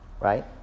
right